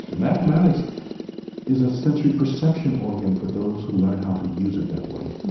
and mathematics is a sensory perception organ for those who learn how to use it that way.